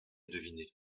deviné